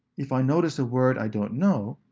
if i notice a word i don't know,